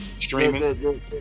streaming